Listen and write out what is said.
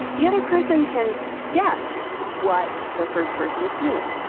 the other person can guess what the first person is feeling.